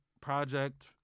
project